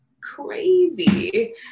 crazy